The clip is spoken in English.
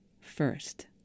first